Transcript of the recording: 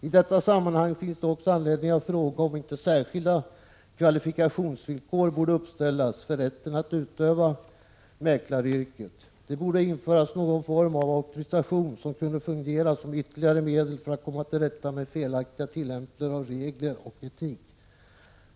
I detta sammanhang finns det också anledning att fråga om inte särskilda kvalifikationsvillkor borde uppställas för rätten att utöva mäklaryrket. Det borde införas någon form av auktorisation, som kunde fungera som ytterligare medel för att komma till rätta med felaktiga tillämpningar av regler och etik.